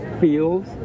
feels